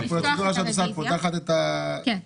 כן.